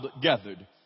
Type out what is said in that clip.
gathered